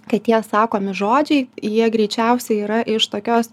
kad tie sakomi žodžiai jie greičiausiai yra iš tokios